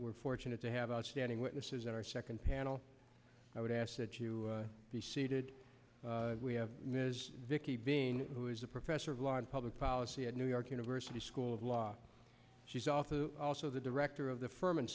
we're fortunate to have outstanding witnesses at our second panel i would ask that you be seated we have vicki being who is a professor of law and public policy at new york university school of law she's also also the director of the firman